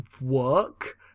work